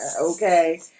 okay